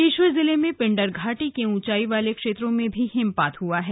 बागेश्वर जिले में पिंडर घाटी के उंचाई वाले क्षेत्रों में भी हिमपात हुआ है